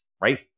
right